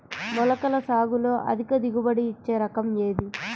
మొలకల సాగులో అధిక దిగుబడి ఇచ్చే రకం ఏది?